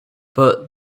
but